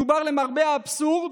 מדובר, למרבה האבסורד,